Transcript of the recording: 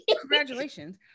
congratulations